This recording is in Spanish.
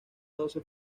doce